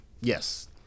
Yes